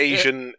Asian